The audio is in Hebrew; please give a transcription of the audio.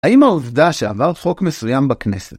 האם העובדה שעבר חוק מסוים בכנסת,